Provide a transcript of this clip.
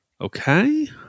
Okay